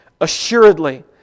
assuredly